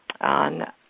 on